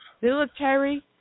Military